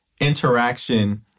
interaction